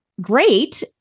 great